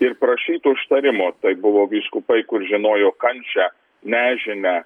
ir prašyt užtarimo tai buvo vyskupai kur žinojo kančią nežinią